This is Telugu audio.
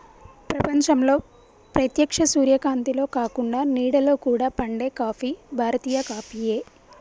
ప్రపంచంలో ప్రేత్యక్ష సూర్యకాంతిలో కాకుండ నీడలో కూడా పండే కాఫీ భారతీయ కాఫీయే